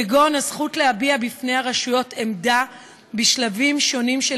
כגון הזכות להביע בפני הרשויות עמדה בשלבים שונים של